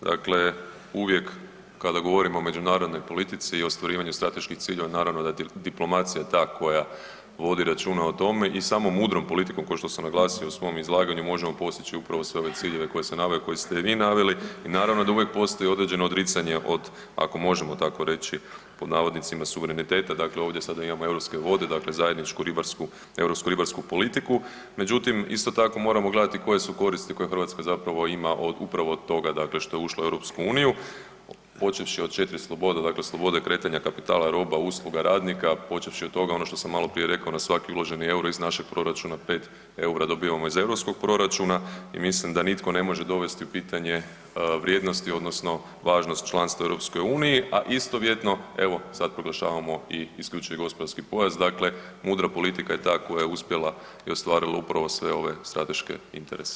Dakle, uvijek kada govorimo o međunarodnoj politici i ostvarivanju strateških ciljeva, naravno da je diplomacija ta koja vodi račun o tome, i samo mudrom politikom ko što sam naglasio u svom izlaganju, možemo postići upravo sve ove ciljeve koje sam naveo i koje ste i vi naveli, i naravno da uvijek postoji određeno odricanje od ako možemo tako reći, „suvereniteta“, dakle ovdje sad imamo i europske vode, dakle zajedničku ribarsku europsku politiku međutim isto tako moramo gledati koje su koristi koje Hrvatska zapravo ima upravo od toga, dakle što je ušla u EU, počevši od 4 slobode, dakle slobode kretanja kapitala, roba, usluga, radnika, počevši od toga ono što sam maloprije rekao, na svaki uloženi euro iz našeg proračuna, 5 eura dobivamo iz europskog proračuna i mislim da nitko ne može dovesti u pitanje vrijednosti odnosno važnost članstva u EU a istovjetno evo, sad proglašavamo i IGP, dakle mudra politika je ta koja je uspjela i ostvarila upravo sve ove strateške interese.